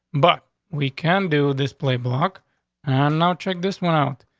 but we can do this. play block on now, check this one out.